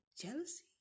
jealousy